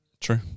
True